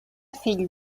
fill